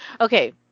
Okay